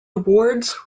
awards